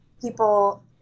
People